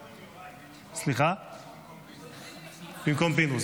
אפשר במקום פינדרוס?